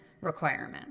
requirement